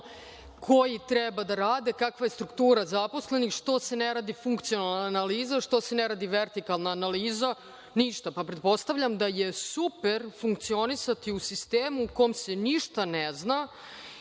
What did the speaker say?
koji treba da rade, kakva je struktura zaposlenih, što se ne radi funkcionalna analiza, što se ne radi vertikalna analiza? Pretpostavljam da je super funkcionisati u sistemu u kom se ništa ne zna